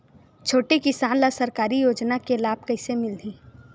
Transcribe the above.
छोटे किसान ला सरकारी योजना के लाभ कइसे मिलही?